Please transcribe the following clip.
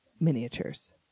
miniatures